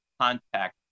contact